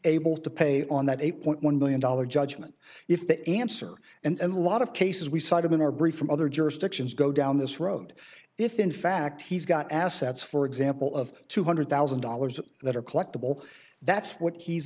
able to pay on that eight point one million dollars judgment if the answer and a lot of cases we cited in our brief from other jurisdictions go down this road if in fact he's got assets for example of two hundred thousand dollars that are collectible that's what he's